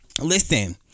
Listen